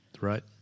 Right